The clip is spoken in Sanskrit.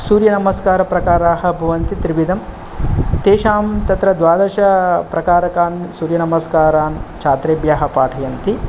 सूर्यनमस्कारप्रकाराः भवन्ति त्रिविधं तेषां तत्र द्वादशप्रकारकान् सूर्यनमस्कारान् छात्रेभ्यः पाठयन्ति